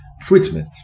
treatment